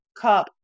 cup